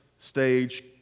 stage